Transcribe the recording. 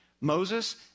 Moses